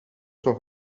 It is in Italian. sua